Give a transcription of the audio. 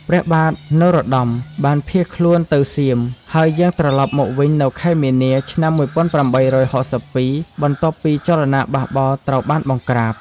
ព្រះបាទនរោត្តមបានភៀសខ្លួនទៅសៀម ហើយយាងត្រឡប់មកវិញនៅខែមីនា ឆ្នាំ ១៨៦២ បន្ទាប់ពីចលនាបះបោរត្រូវបានបង្ក្រាប។